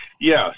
Yes